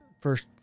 First